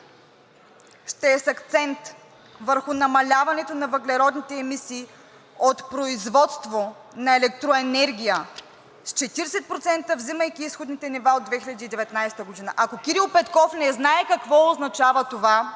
ще е с акцент върху намаляването на въглеродните емисии от производство на електроенергия с 40%, взимайки изходните нива от 2019 г.“ Ако Кирил Петков не знае какво означава това,